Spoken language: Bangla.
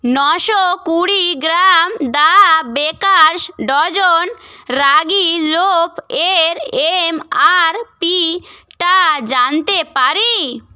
নশো কুড়ি gram the bakers dozen ragi loaf এর এমআরপি টা জানতে পারি